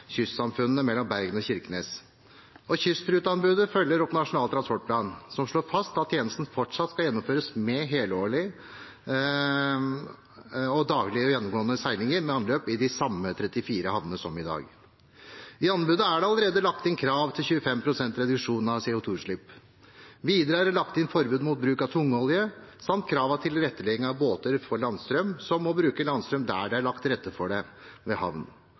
kystsamfunnene mellom Bergen og Kirkenes, og kystruteanbudet følger opp Nasjonal transportplan, som slår fast at tjenesten fortsatt skal gjennomføres med helårige, daglige og gjennomgående seilinger med anløp i de samme 34 havnene som i dag. I anbudet er det allerede lagt inn krav til 25 pst. reduksjon av CO 2 -utslipp. Videre er det lagt inn forbud mot bruk av tungolje samt krav om tilrettelegging av båter for landstrøm, som må bruke landstrøm der det er lagt til rette for dette ved havn.